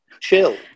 chill